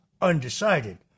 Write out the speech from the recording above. undecided